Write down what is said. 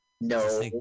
No